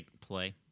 play